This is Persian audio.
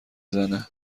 زنه